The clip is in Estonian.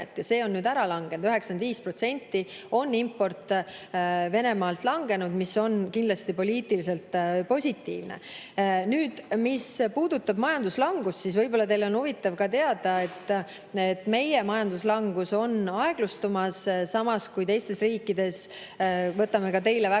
see on nüüd ära langenud. 95% on import Venemaalt langenud, mis on kindlasti poliitilises mõttes positiivne. Mis puudutab majanduslangust, siis võib-olla teil on huvitav ka teada, et meie majanduslangus on aeglustumas, samas kui teistes riikides – võtame teile väga